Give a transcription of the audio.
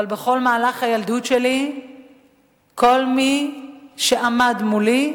אבל בכל מהלך הילדות שלי כל מי שעמד מולי,